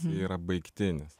yra baigtinis